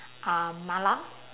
uh mala